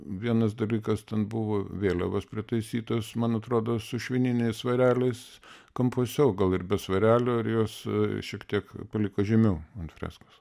vienas dalykas ten buvo vėliavos pritaisytos man atrodo su švininiais svareliais kampuose o gal ir be svarelio ir jos šiek tiek paliko žemiau ant freskos